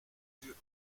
yeux